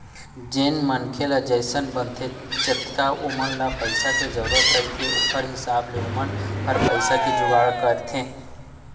जेन मनखे ले जइसन बनथे जतका ओमन ल पइसा के जरुरत रहिथे ओखर हिसाब ले ओमन ह पइसा के जुगाड़ करथे